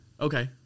Okay